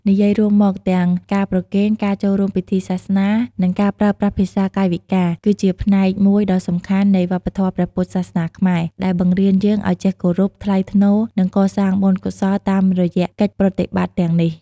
និយាយរួមមក ទាំងការប្រគេន ការចូលរួមពិធីសាសនា និងការប្រើប្រាស់ភាសាកាយវិការ គឺជាផ្នែកមួយដ៏សំខាន់នៃវប្បធម៌ព្រះពុទ្ធសាសនាខ្មែរ ដែលបង្រៀនយើងឲ្យចេះគោរព ថ្លៃថ្នូរ និងកសាងបុណ្យកុសលតាមរយៈកិច្ចប្រតិបត្តិទាំងនេះ។